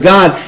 God